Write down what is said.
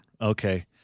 Okay